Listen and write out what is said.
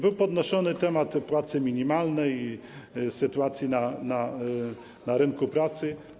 Był podnoszony temat płacy minimalnej i sytuacji na rynku pracy.